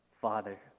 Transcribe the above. Father